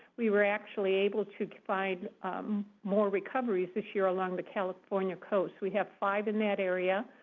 we were actually able to find more recoveries this year along the california coast. we have five in that area.